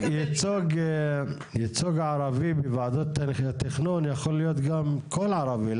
ייצוג ערבי בוועדות התכנון יכול להיות גם כל ערבי.